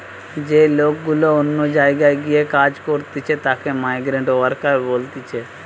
যে লোক গুলা অন্য জায়গায় গিয়ে কাজ করতিছে তাকে মাইগ্রান্ট ওয়ার্কার বলতিছে